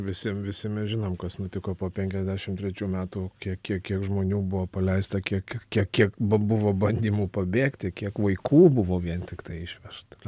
visi visi mes žinom kas nutiko po penkiasdešimt trečių metų kiek kiek kiek žmonių buvo paleista kiek kiek kiek ba buvo bandymų pabėgti kiek vaikų buvo vien tiktai išvežta